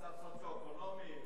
מצב סוציו-אקונומי?